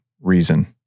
reason